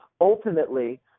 ultimately